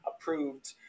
approved